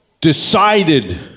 decided